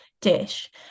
dish